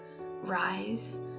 rise